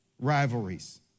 rivalries